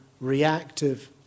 reactive